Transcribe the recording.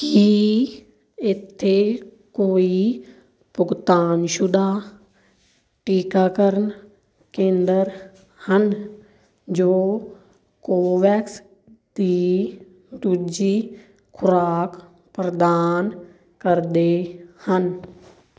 ਕੀ ਇੱਥੇ ਕੋਈ ਭੁਗਤਾਨ ਸ਼ੁਦਾ ਟੀਕਾਕਰਨ ਕੇਂਦਰ ਹਨ ਜੋ ਕੋਵੈਕਸ ਦੀ ਦੂਜੀ ਖੁਰਾਕ ਪ੍ਰਦਾਨ ਕਰਦੇ ਹਨ